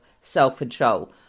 self-control